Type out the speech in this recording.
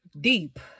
deep